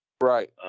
Right